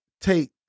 take